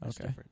Okay